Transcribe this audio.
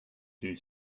due